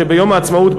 שביום העצמאות,